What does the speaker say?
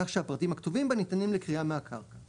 כך שהפרטים הכתובים בה ניתנים לקריאה מהקרקע";